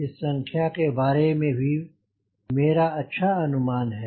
इस संख्या के बारे में भी मेरा अच्छा अनुमान है